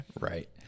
Right